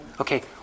Okay